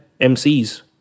MCs